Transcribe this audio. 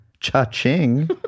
Cha-ching